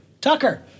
Tucker